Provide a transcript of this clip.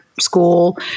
school